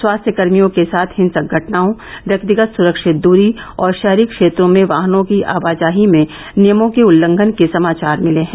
स्वास्थ्यकर्मियों के साथ हिंसक घटनाओं व्यक्तिगत सुरक्षित दूरी और शहरी क्षेत्रों में वाहनों की आवाजाही में नियमों के उल्लंघन के समाचार मिले हैं